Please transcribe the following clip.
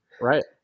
Right